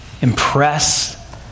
impress